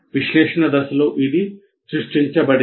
విశ్లేషణ దశలో ఇది సృష్టించబడింది